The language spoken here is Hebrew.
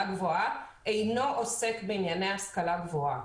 גבוהה אינו עוסק בענייני השכלה גבוהה.